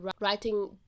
writing